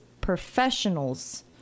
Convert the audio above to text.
professionals